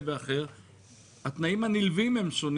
בינואר 2023). מי בעד אישור ההחלטה לגבי נשיא